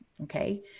okay